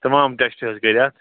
تمام ٹیسٹ حظ کٔر اتھ